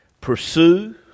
Pursue